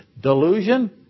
Delusion